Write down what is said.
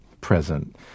present